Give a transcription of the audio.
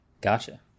Gotcha